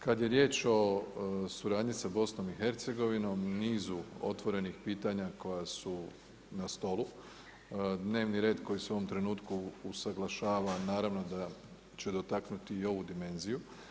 Kada je riječ o suradnji sa BIH, nizu otvornih pitanja, koja su na stolu, dnevni red koji se u ovom trenutku usuglašava, naravno da će dotaknuti i ovu dimenziju.